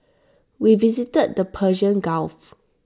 we visited the Persian gulf